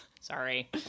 Sorry